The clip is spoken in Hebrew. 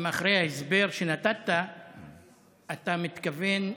אם אחרי ההסבר שנתת אתה מתכוון,